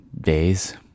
Days